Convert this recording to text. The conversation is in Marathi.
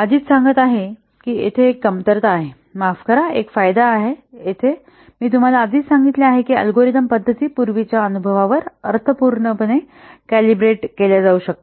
आधीच सांगत आहे की येथे एक कमतरता आहे माफ करा एक फायदा येथे आहे मी तुम्हाला आधीच सांगितले आहे की अल्गोरिदम पद्धती पूर्वीच्या अनुभवावर अर्थपूर्णपणे कॅलिब्रेट केल्या जाऊ शकतात